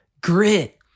grit